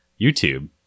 YouTube